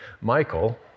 Michael